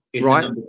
right